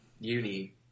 uni